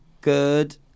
good